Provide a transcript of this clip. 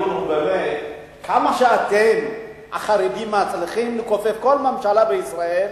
הדיון הוא באמת כמה שאתם החרדים מצליחים לכופף כל ממשלה בישראל,